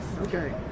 Okay